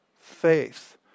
faith